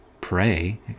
pray